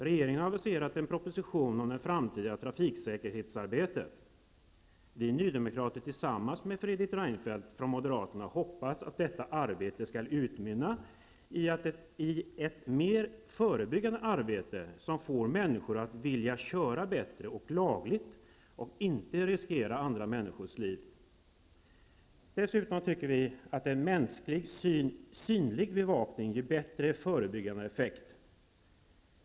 Regeringen har aviserat en proposition om det framtida trafiksäkerhetsarbetet. Vi nydemokrater tillsamans med Fredrik Reinfeldt från Moderaterna hoppas att detta arbete skall utmynna i ett mer förebyggande arbete som får människor att vilja köra bättre och lagligt och inte riskera andra människors liv. Dessutom tycker vi att en mänsklig synlig bevakning ger bättre förebyggande effekt.